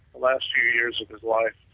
last few years of his life,